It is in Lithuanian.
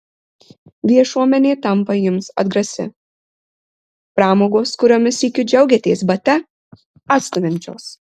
viešuomenė tampa jums atgrasi pramogos kuriomis sykiu džiaugėtės bate atstumiančios